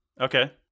Okay